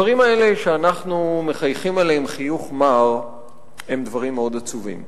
הדברים האלה שאנחנו מחייכים עליהם חיוך מר הם דברים מאוד עצובים.